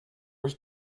was